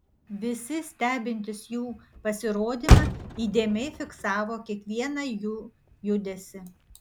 visi stebintys jų pasirodymą įdėmiai fiksavo kiekvieną jų judesį